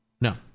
No